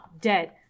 dead